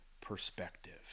perspective